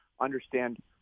understand